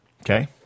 Okay